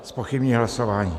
Zpochybňuji hlasování.